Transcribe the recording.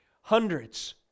hundreds